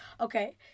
Okay